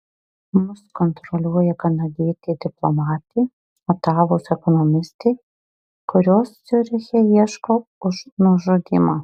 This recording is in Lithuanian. mus kontroliuoja kanadietė diplomatė otavos ekonomistė kurios ciuriche ieško už nužudymą